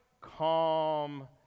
calm